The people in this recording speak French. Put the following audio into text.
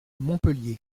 montpellier